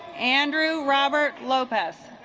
andrew robert lopez